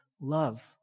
love